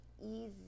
easy